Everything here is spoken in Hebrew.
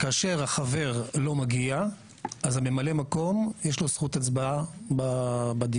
כאשר החבר לא מגיע אז לממלא המקום יש זכות הצבעה בדיון,